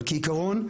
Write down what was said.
אבל כעיקרון,